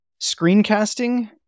screencasting